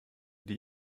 die